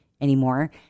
anymore